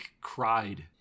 cried